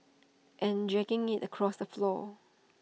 and dragging IT across the floor